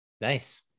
Nice